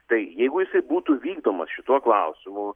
tai jeigu jisai būtų vykdomas šituo klausimu